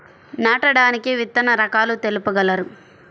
నాటడానికి విత్తన రకాలు తెలుపగలరు?